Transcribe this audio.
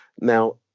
Now